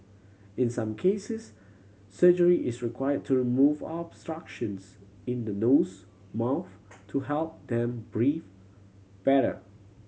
in some cases surgery is require to remove obstructions in the nose mouth to help them breathe better